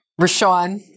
Rashawn